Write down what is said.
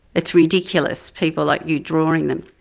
it's ridiculous, people like you drawing them.